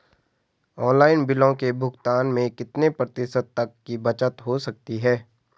Online बिलों के भुगतान में कितने प्रतिशत तक की बचत हो सकती है?